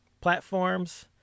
platforms